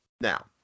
Now